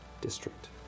district